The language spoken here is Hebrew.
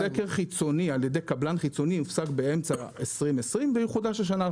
סקר חיצוני על ידי קבלן חיצוני הופסק באמצע שנת 2020 ויחודש השנה.